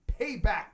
payback